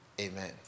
Amen